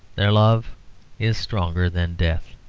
their love is stronger than death.